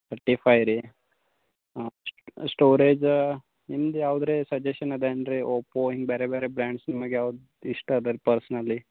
thirty five ರೀ ಹಾಂ ಸ್ಟೋರೇಜಾ ನಿಮ್ದು ಯಾವ್ದು ರೀ ಸಜೇಶನ್ ಅದೇನು ರೀ ಓಪೋ ಹಿಂಗೆ ಬೇರೆ ಬೇರೆ ಬ್ರ್ಯಾಂಡ್ಸ್ನೊಳಗೆ ಯಾವ್ದು ಇಷ್ಟ ಅದ ಪರ್ಸ್ನಲಿ